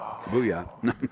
Booyah